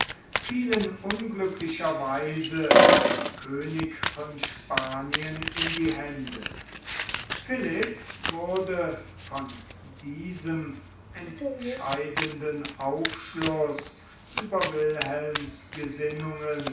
fielen unglücklicherweise dem könig von spanien in die hände philipp wurde von diesem entscheidenden aufschluß über wilhelms gesinnungen